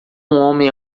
homem